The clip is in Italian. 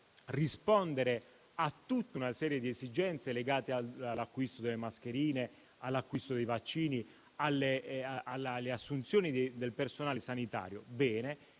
rispondere a tutta una serie di esigenze legate all'acquisto delle mascherine e dei vaccini e all'assunzione di personale sanitario. Bene: